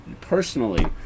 personally